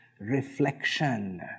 reflection